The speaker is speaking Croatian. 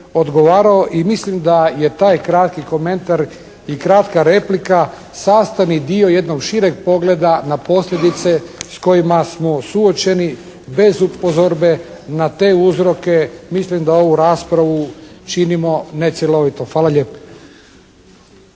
odgovarao i mislim da je taj kratki komentar i kratka replika sastavni dio jednog šireg pogleda na posljedice s kojima smo suočeni bez upozorbe na te uzroke, mislim da ovu raspravu činimo ne cjelovito. Hvala lijepa.